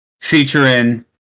featuring